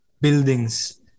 buildings